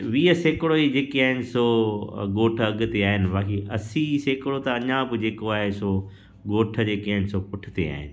वीह सेकड़ो ई आहिनि जेको ॻोठ अॻिते आहिनि बाक़ी असी सेकड़ो त अञा बि जेको आहे सो ॻोठ जेके आइन सो पुठिते आहिनि